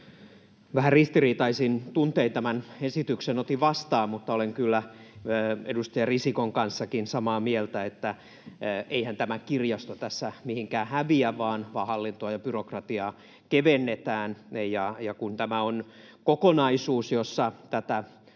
Vähän ristiriitaisin tuntein tämän esityksen otin vastaan, mutta olen kyllä edustaja Risikon kanssakin samaa mieltä, että eihän tämä kirjasto tässä mihinkään häviä, vaan hallintoa ja byrokratiaa kevennetään. Ja kun tämä on kokonaisuus, jossa tätä